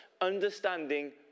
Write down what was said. understanding